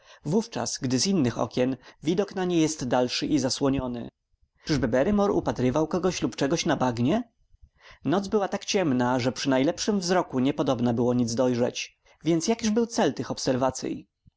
wówczas gdy z innych okien widok na nie jest dalszy i zasłoniony czyżby barrymore upatrywał kogoś lub czegoś na bagnie noc była tak ciemna że przy najlepszym wzroku niepodobna było nic dojrzeć więc jakiż był cel tych obserwacyj